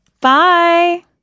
Bye